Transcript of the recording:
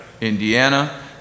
Indiana